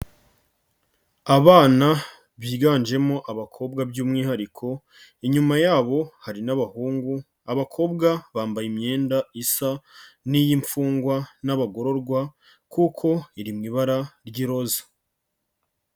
Abana biganjemo abakobwa by'umwihariko, inyuma yabo hari n'abahungu, abakobwa bambaye imyenda isa n'iy'imfungwa n'abagororwa kuko iri mu ibara ry'iroza.